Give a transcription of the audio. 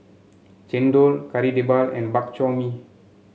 chendol Kari Debal and Bak Chor Mee